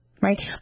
right